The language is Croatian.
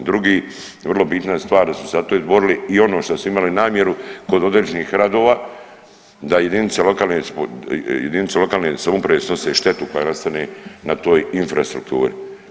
Drugi vrlo bitna stvar da su se zato izborili i ono što su imali namjeru kod određenih radova da jedinice lokalne samouprave snose štetu koja nastane na toj infrastrukturi.